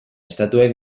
estatuek